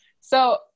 So-